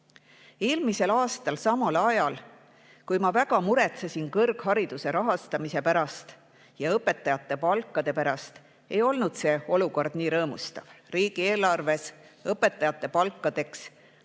Eelmisel aastal samal ajal, kui ma väga muretsesin kõrghariduse rahastamise pärast ja õpetajate palkade pärast, ei olnud see olukord nii rõõmustav. Riigieelarves nähti õpetajate palkade tõusuks